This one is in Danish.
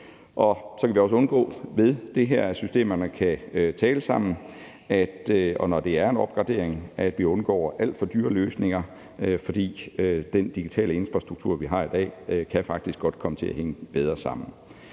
Så kan vi også, ved at systemerne kan tale sammen, og når det er en opgradering, undgå alt for dyre løsninger, fordi den digitale infrastruktur, vi har i dag, faktisk godt kan komme til at hænge bedre sammen.